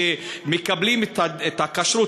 שמקבלים את הכשרות,